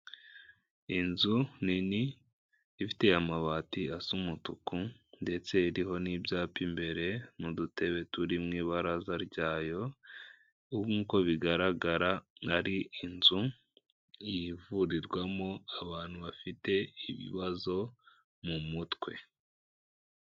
Inzu nini ifite amabati asa umutuku, ndetse iriho n'ibyapa imbere n'udutebe turi mu ibaraza ryayo, nkuko bigaragara ari inzu ivurirwamo abantu bafite ibibazo mu mutwe.